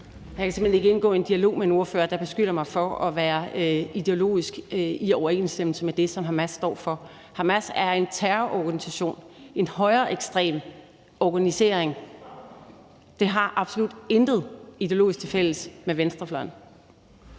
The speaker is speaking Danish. Jeg kan simpelt hen ikke indgå i en dialog med en ordfører, der beskylder mig for ideologisk at være i overensstemmelse med det, som Hamas står for. Hamas er en terrororganisation, en højreekstrem organisering, og den har absolut intet ideologisk tilfælles med venstrefløjen.